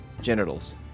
genitals